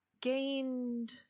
gained